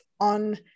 on